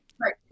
Right